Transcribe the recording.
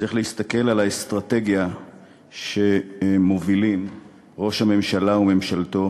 צריך להסתכל על האסטרטגיה שמובילים ראש הממשלה וממשלתו